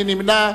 מי נמנע?